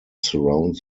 surround